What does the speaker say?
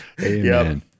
Amen